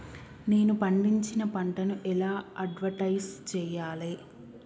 నేను పండించిన పంటను ఎలా అడ్వటైస్ చెయ్యాలే?